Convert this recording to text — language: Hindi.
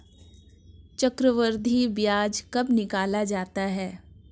चक्रवर्धी ब्याज कब निकाला जाता है?